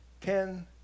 ten